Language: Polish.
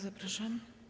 Zapraszam.